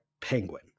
Penguin